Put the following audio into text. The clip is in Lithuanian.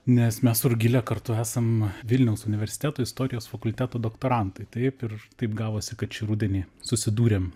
nes mes su rugile kartu esam vilniaus universiteto istorijos fakulteto doktorantai taip ir taip gavosi kad šį rudenį susidūrėm